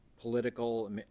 political